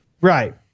Right